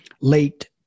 late